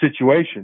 situation